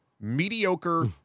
mediocre